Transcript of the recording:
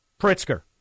Pritzker